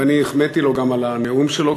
ואני החמאתי לו גם על הנאום שלו,